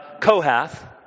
Kohath